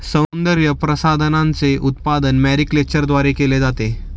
सौंदर्यप्रसाधनांचे उत्पादन मॅरीकल्चरद्वारे केले जाते